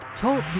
Talk